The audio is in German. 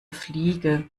fliege